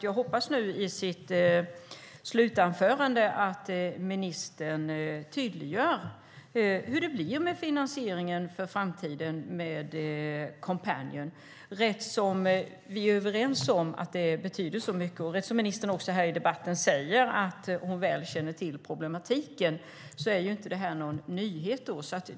Jag hoppas att ministern i sitt slutanförande tydliggör hur det blir med finansieringen för framtiden när det gäller Coompanion som vi är överens om betyder så mycket. Ministern säger också här i debatten att hon väl känner till problematiken. Därför är detta inte någon nyhet.